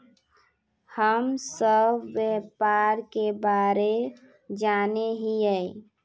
हम सब व्यापार के बारे जाने हिये?